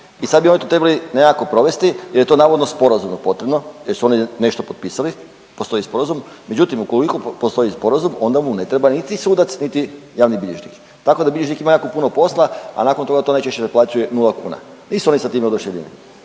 i sad bi oni to trebalo nekako provesti jer je to navodno sporazumno potrebno jer su oni nešto potpisali, postoji sporazum. Međutim, ukoliko postoji sporazum onda mu ne treba niti sudac, niti javni bilježnik. Tako da bilježnik ima jako puno posla, a nakon toga to najčešće naplaćuje nula kuna. Nisu oni sa time oduševljeni.